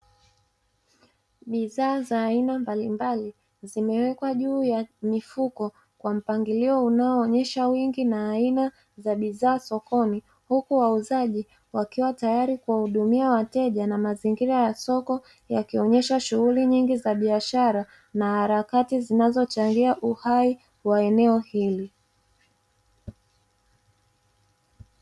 Bidhaa za aina mbali mbali, zimeyekwa juu ya mifuko kwa mpangilio unaoonyesha wingi na aina za bidhaa sokoni. Huku wauzaji wakiwa tayari kuwahudumia wateja na mazingira ya soko yakionyesha shughuli nyingi za biashara na harakati zinazochangia uhai wa eneo hili.